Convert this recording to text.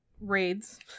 raids